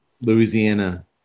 Louisiana